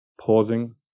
pausing